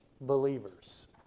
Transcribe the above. believers